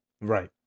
Right